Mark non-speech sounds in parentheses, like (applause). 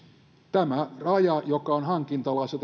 tämä viiden prosentin raja joka on hankintalaissa (unintelligible)